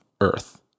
Earth